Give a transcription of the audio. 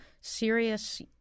serious